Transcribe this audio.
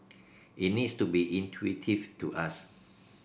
it needs to be intuitive to us